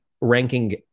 ranking